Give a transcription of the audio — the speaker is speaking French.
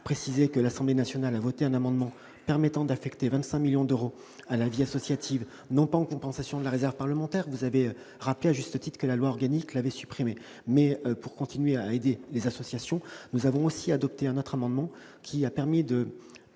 précise que l'Assemblée nationale a voté un amendement permettant d'affecter 25 millions d'euros à la vie associative, non pas en compensation de la réserve parlementaire, dont vous avez rappelé à juste titre qu'elle avait été supprimée par la loi organique, mais pour continuer à aider les associations. Nous avions également adopté un autre amendement afin